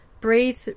breathe